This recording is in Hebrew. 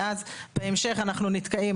ואז בהמשך אנחנו נתקעים.